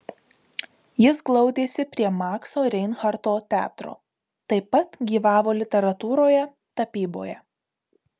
jis glaudėsi prie makso reinharto teatro taip pat gyvavo literatūroje tapyboje